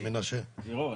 מנשה.